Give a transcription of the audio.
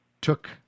took